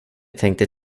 tänkte